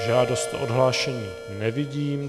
Žádost o odhlášení nevidím.